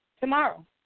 tomorrow